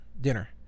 dinner